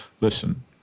listen